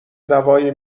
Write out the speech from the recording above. دوای